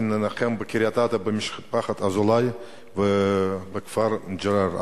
לנחם בקריית-אתא, את משפחת אזולאי, ובכפר מע'אר.